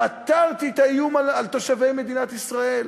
פתרתי את האיום על תושבי מדינת ישראל.